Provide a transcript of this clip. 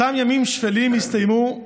אותם ימים שפלים הסתיימו,